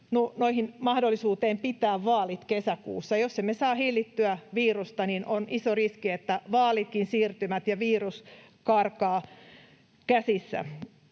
myös mahdollisuuteen pitää vaalit kesäkuussa. Jos emme saa hillittyä virusta, on iso riski, että vaalit siirtyvät, kun virus karkaa käsistä.